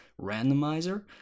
Randomizer